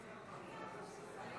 בעד,